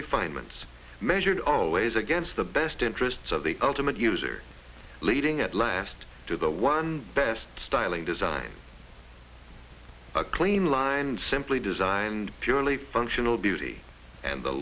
refinements measure always against the best interests of the ultimate user leading at last to the one best styling design a clean line simply designed purely functional beauty and the